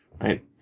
Right